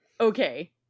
Okay